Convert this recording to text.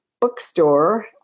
bookstore